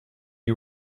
you